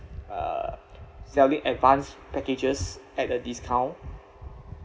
uh selling advanced packages at a discount